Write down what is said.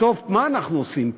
בסוף מה אנחנו עושים פה?